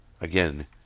again